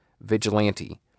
vigilante